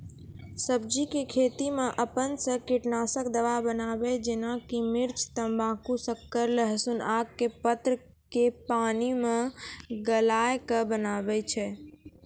सब्जी के खेती मे अपन से कीटनासक दवा बनाबे जेना कि मिर्च तम्बाकू शक्कर लहसुन आक के पत्र के पानी मे गलाय के बनाबै छै?